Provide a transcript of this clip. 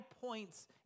points